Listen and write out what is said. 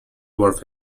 worth